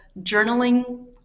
journaling